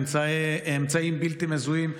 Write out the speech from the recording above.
אמצעים בלתי מזוהים,